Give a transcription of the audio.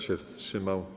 się wstrzymał?